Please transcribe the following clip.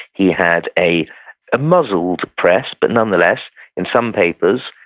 he had a muzzled press, but nonetheless in some papers,